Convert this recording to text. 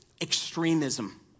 extremism